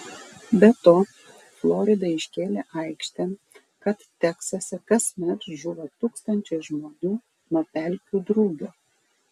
be to florida iškėlė aikštėn kad teksase kasmet žūva tūkstančiai žmonių nuo pelkių drugio